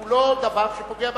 לא פוגע בכנסת.